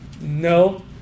No